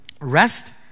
rest